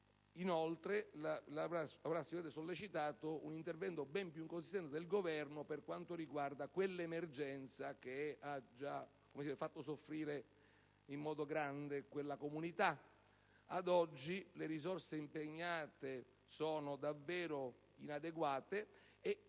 sicuramente sollecitato un intervento ben più consistente del Governo per quanto riguarda quell'emergenza, che ha già fatto molto soffrire quella comunità. Ad oggi, le risorse impegnate sono davvero inadeguate. Peraltro,